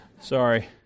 Sorry